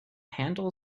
handle